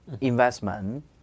investment